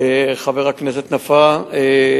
חבר הכנסת נפאע.